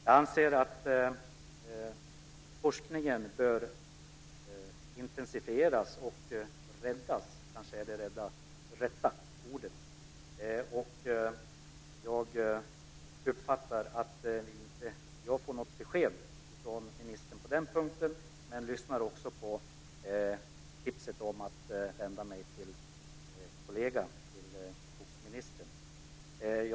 Jag anser att forskningen bör intensifieras och räddas. Jag fick inget besked från ministern på den punkten, men jag tog till mig tipset om att vända mig till jordbruksministern.